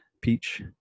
peach